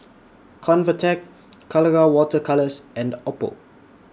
Convatec Colora Water Colours and Oppo